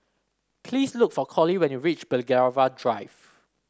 please look for Colie when you reach Belgravia Drive